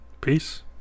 Peace